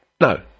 no